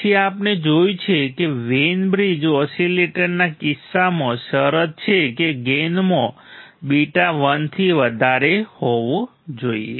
પછી આપણે જોયું કે વેઈન બ્રિજ ઓસીલેટરના કિસ્સામાં શરત છે કે ગેઇનમાં બીટા 1 થી વધારે હોવું જોઈએ